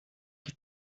qui